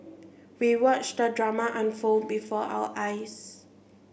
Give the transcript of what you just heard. we watched the drama unfold before our eyes